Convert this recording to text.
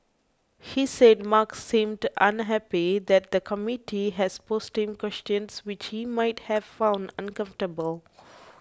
he said Mark seemed unhappy that the committee has posed to him questions which he might have found uncomfortable